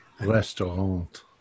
restaurant